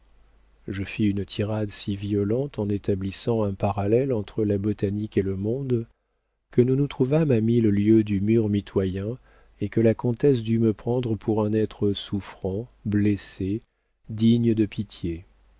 je fis une tirade si violente en établissant un parallèle entre la botanique et le monde que nous nous trouvâmes à mille lieues du mur mitoyen et que la comtesse dut me prendre pour un être souffrant blessé digne de pitié